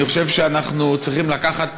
אני חושב שאנחנו צריכים לקחת,